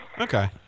Okay